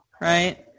right